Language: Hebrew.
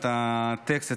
את הטקסט,